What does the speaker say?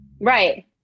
Right